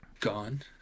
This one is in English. gone